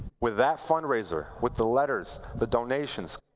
with that fundraiser, with the letters, the donations,